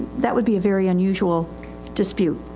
that would be a very unusual dispute.